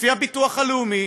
ולפי הביטוח הלאומי